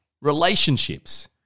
relationships